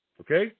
Okay